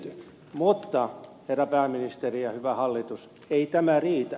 mutta herra pääministeri ja hyvä hallitus ei tämä riitä